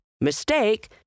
Mistake